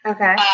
Okay